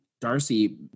Darcy